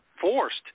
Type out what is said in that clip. forced